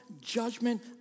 judgment